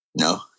No